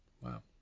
Wow